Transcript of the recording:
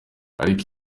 ariko